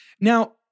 Now